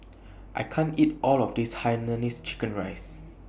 I can't eat All of This Hainanese Chicken Rice